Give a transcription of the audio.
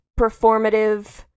performative